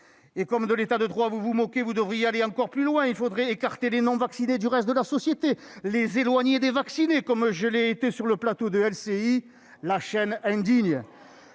Comme de l'État de droit vous vous moquez, vous devriez aller encore plus loin : il faudrait écarter les non-vaccinés du reste de la société, les éloigner des vaccinés, comme je l'ai été sur le plateau de LCI, La Chaîne Indigne.